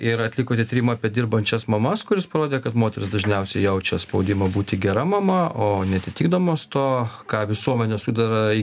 ir atlikote tyrimą apie dirbančias mamas kuris parodė kad moterys dažniausiai jaučia spaudimą būti gera mama o neatitikdamos to ką visuomenė sudeda į